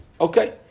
Okay